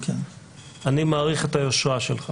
אני מעריך את היושרה שלך